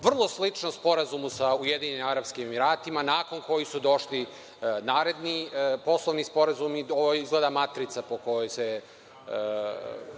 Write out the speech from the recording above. vrlo slično sporazumu sa Ujedinjenim Arapskim Emiratima koji su došli naredni poslovni sporazumi. Ovo je izgleda matrica po kojoj se